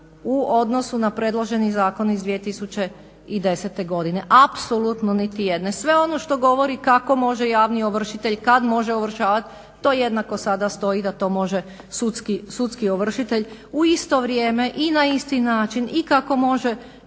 u odnosu na predloženi Zakon iz 2010. godine. Apsolutno nitijedne. Sve ono što govori kako može javni ovršitelj, kad može ovršavati to jednako sada stoji da to može sudski ovršitelj u isto vrijeme i na isti način i kako može